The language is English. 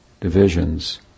divisions